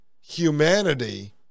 humanity